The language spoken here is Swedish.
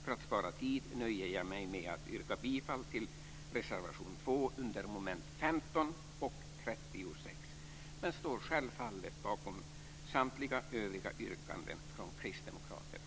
För att spara tid nöjer jag mig med att yrka bifall till reservation 2 under mom. 15 och 36, men jag står självfallet bakom samtliga övriga yrkanden från kristdemokraterna.